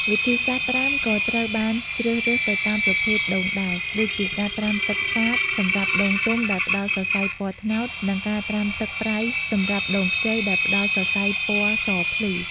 វិធីសាស្រ្តត្រាំក៏ត្រូវបានជ្រើសរើសទៅតាមប្រភេទដូងដែរ ដូចជាការត្រាំទឹកសាបសម្រាប់ដូងទុំ ដែលផ្តល់សរសៃពណ៌ត្នោត និងការត្រាំទឹកប្រៃសម្រាប់ដូងខ្ចី ដែលផ្តល់សរសៃពណ៌សភ្លឺ។